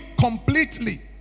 completely